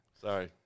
Sorry